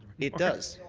it does.